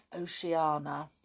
Oceania